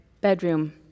bedroom